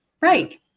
right